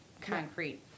concrete